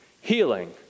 healing